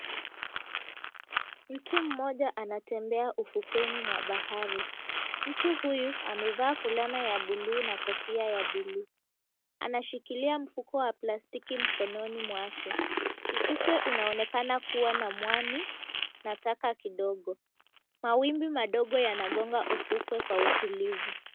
Mtu mmoja anatembea ufukweni mwa bahari. Mtu huyu, amevaa fulana ya buluu na kofia ya buluu. Anashikilia mfuko wa plastiki mkononi mwake. Ufukwe unaonekana kuwa na mwani na taka kidogo. Mawimbi madogo yanagonga ufukwe kwa utulivu.